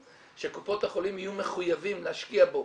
שקופות החולים יהיו מחויבים להשקיע בו,